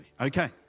Okay